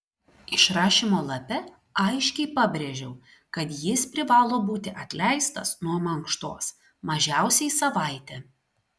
išrašymo lape aiškiai pabrėžiau kad jis privalo būti atleistas nuo mankštos mažiausiai savaitę